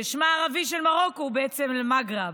שמה הערבי של מרוקו הוא בעצם אל-מגרב,